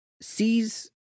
sees